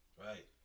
Right